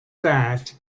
that